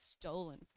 stolen